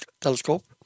Telescope